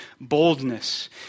boldness